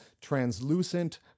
translucent